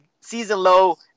season-low